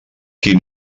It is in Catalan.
qui